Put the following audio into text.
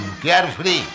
carefree